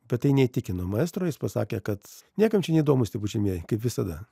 bet tai neįtikino maestro jis pasakė kad niekam neįdomūs tie pučiamieji kaip visada